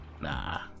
Nah